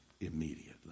immediately